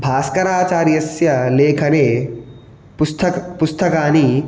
भास्कराचार्यस्य लेखने पुस्तक् पुस्तकानि